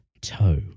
toe